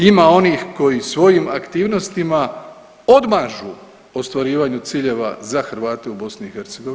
Ima onih koji svojim aktivnostima odmažu ostvarivanju ciljeva za Hrvate u BiH.